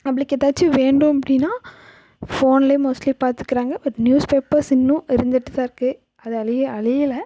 நம்பளுக்கு ஏதாச்சிம் வேண்டும் அப்படின்னா ஃபோன்லையே மோஸ்ட்லி பார்த்துக்கிறாங்க பட் நியூஸ் பேப்பர்ஸ் இன்னும் இருந்துகிட்டு தான் இருக்குது அதை அழிய அழியல